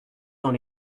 dans